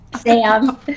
Sam